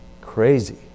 crazy